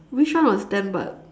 which one was ten baht